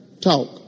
talk